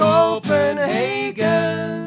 Copenhagen